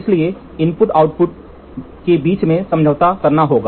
इसलिए input output बीच समझौता करना होगा